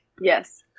yes